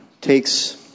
takes